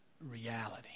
reality